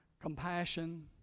compassion